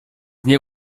nie